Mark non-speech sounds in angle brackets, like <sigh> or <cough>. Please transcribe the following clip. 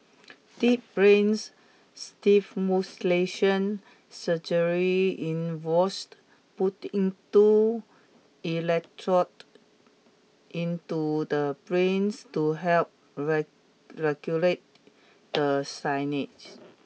deep brains stimulation surgery involves putting two electrodes into the brains to help <unintelligible> regulate the signage